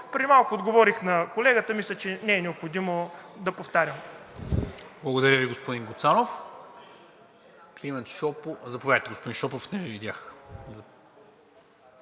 преди малко отговорих на колегата. Мисля, че не е необходимо да повтарям.